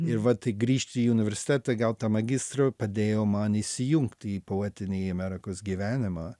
ir vat grįžt į universitetą gaut tą magistrą padėjo man įsijungt į poetinį amerikos gyvenimą